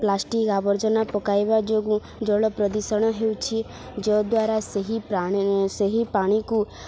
plastic ଆବର୍ଜନା ପକାଇବା ଯୋଗୁଁ ଜଳ ପ୍ରଦୂଷଣ ହେଉଛି ଯଦ୍ୱାରା ସେହି ପ୍ରାଣ ସେହି ପାଣିକୁ